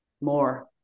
more